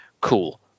Cool